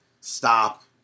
stop